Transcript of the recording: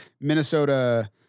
Minnesota